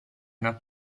una